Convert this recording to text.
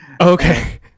Okay